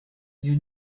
you